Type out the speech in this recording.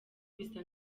bisa